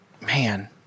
man